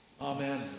Amen